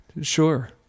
Sure